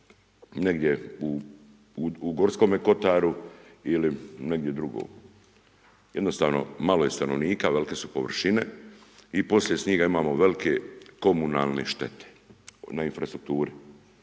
negdje u Gorskome kotaru ili negdje drugo. Jednostavno malo je stanovnika, velike su površine i poslije snijega imamo velike komunalne štete na infrastrukturi.